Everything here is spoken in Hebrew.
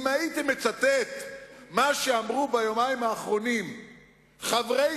אם הייתי מצטט מה שאמרו ביומיים האחרונים חברי